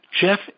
Jeff